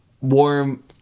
Warm